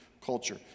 culture